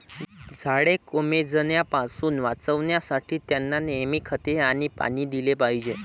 झाडे कोमेजण्यापासून वाचवण्यासाठी, त्यांना नेहमी खते आणि पाणी दिले पाहिजे